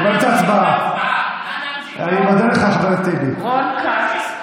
ישראל כץ, אינו נוכח רון כץ,